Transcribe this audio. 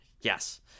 Yes